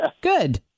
Good